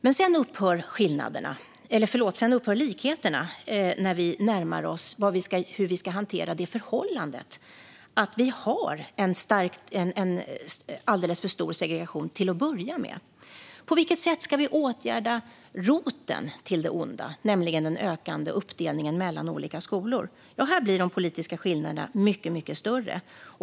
Men likheterna upphör när vi närmar oss hur vi ska hantera det förhållandet att vi har en alldeles för stor segregation, till att börja med. På vilket sätt ska vi åtgärda roten till det onda, nämligen den ökande uppdelningen mellan olika skolor? Ja, här blir de politiska skillnaderna mycket, mycket större.